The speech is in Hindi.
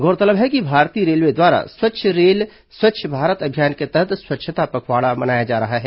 गौरतलब है कि भारतीय रेलवे द्वारा स्वच्छ रेल स्वच्छ भारत अभियान के तहत स्वच्छता पखवाड़ा मनाया जा रहा है